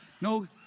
No